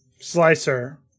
Slicer